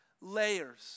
layers